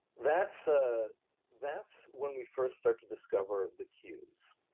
that's ah that's when we first started to discover the cues,